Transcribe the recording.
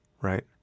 right